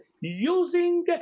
using